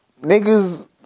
Niggas